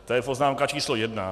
To je poznámka číslo jedna.